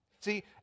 See